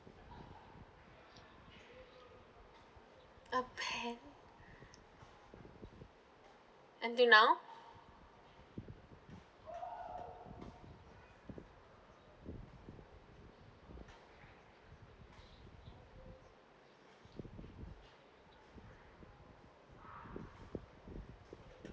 okay ending now